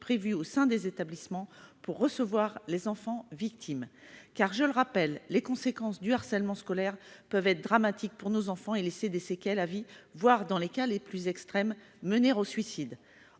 prévu au sein des établissements pour recevoir les enfants victimes. Je le rappelle, les conséquences du harcèlement scolaire peuvent être dramatiques pour nos enfants et laisser des séquelles à vie, voire, dans les cas les plus extrêmes, mener au suicide.